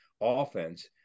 offense